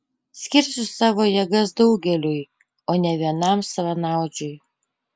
skirsiu savo jėgas daugeliui o ne vienam savanaudžiui